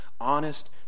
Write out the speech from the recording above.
Honest